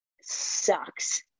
sucks